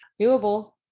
Doable